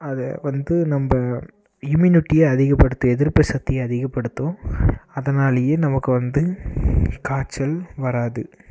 அது வந்து நம்ம இம்யூனிட்டியை அதிகப்படுத்தும் எதிர்ப்பு சக்தியை அதிகப்படுத்தும் அதனாலேயே நமக்கு வந்து காய்ச்சல் வராது